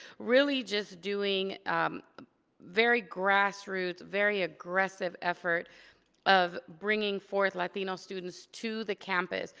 really just doing very grass roots, very aggressive effort of bringing forth latino students to the campus,